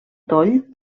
toll